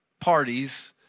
parties